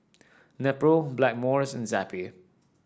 Nepro Blackmores and Zappy